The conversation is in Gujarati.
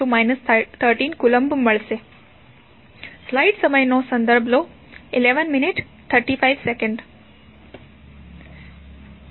61210 13 કૂલમ્બ મળશે